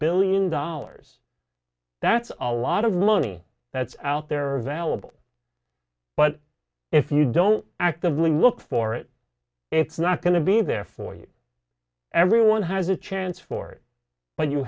billion dollars that's a lot of money that's out there are available but if you don't actively look for it it's not going to be there for you everyone has a chance for